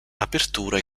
apertura